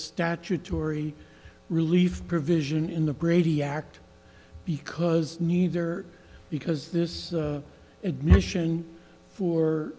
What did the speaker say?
statutory relief provision in the brady act because neither because this admission for